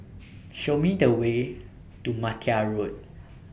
Show Me The Way to Martia Road